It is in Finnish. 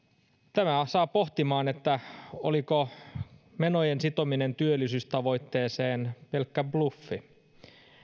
tämä saa pohtimaan oliko menojen sitominen työllisyystavoitteeseen pelkkä bluffi